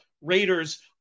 raiders